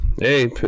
Hey